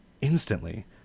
instantly